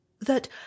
that